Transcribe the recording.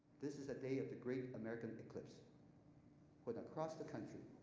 this is a day of the great american eclipse when across the country,